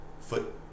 foot